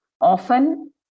often